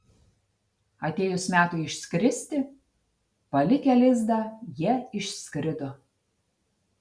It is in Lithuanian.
atėjus metui išskristi palikę lizdą jie išskrido